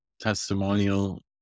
testimonial